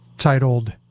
titled